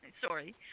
Sorry